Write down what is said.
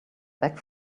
back